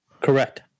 Correct